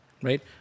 right